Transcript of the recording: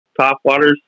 topwaters